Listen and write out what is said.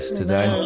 today